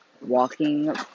walking